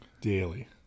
Daily